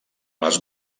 les